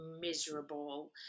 miserable